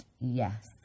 yes